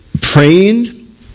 praying